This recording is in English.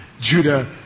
Judah